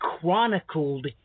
chronicled